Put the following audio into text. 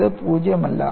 ഇത് 0 അല്ല